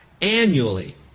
annually